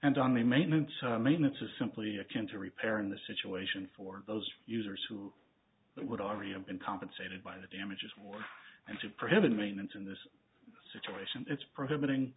and on the maintenance of maintenance or simply akin to repairing the situation for those users who would already have been compensated by the damages were and to prevent maintenance in this situation it's prohibiting